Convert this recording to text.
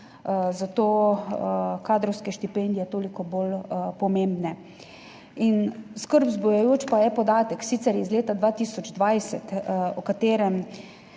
zato so kadrovske štipendije toliko bolj pomembne. Skrb vzbujajoč pa je podatek, sicer iz leta 2020, v katerem